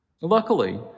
Luckily